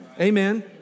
Amen